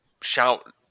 shout